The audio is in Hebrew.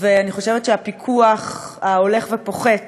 אני חושבת שהפיקוח ההולך ופוחת